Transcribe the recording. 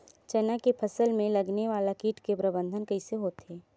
चना के फसल में लगने वाला कीट के प्रबंधन कइसे होथे?